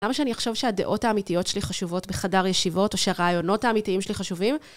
למה שאני אחשוב שהדעות האמיתיות שלי חשובות בחדר ישיבות או שהרעיונות האמיתיים שלי חשובים